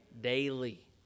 Daily